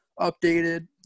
updated